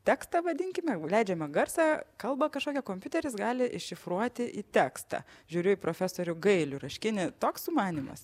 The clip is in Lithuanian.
tekstą vadinkime leidžiamą garsą kalba kažkokia kompiuteris gali iššifruoti į tekstą žiūriu į profesorių gailių raškinį toks sumanymas